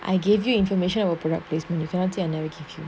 I gave you information will product placement volunteer and education